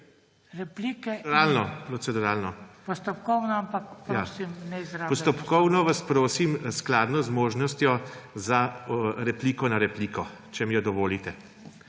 Postopkovno vas prosim skladno z možnostjo za repliko na repliko, če mi jo dovolite.